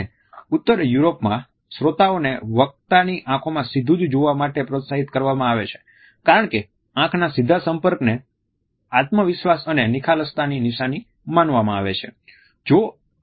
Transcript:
S અને ઉત્તર યુરોપમાં શ્રોતાઓને વક્તાની આંખોમાં સીધું જ જોવા માટે પ્રોત્સાહિત કરવામાં આવે છે કારણ કે આંખના સીધા સંપર્કને આત્મવિશ્વાસ અને નિખાલસતાની નિશાની માનવામાં આવે છે